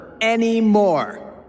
Anymore